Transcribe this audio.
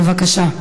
בבקשה.